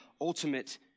ultimate